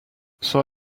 saw